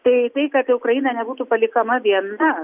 tai tai kad ukraina nebūtų palikama viena